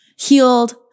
healed